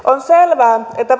on selvää että